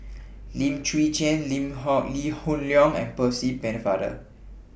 Lim Chwee Chian Lee Hoon Leong and Percy Pennefather